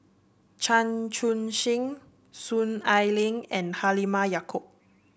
Chan Chun Sing Soon Ai Ling and Halimah Yacob